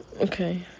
Okay